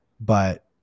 But-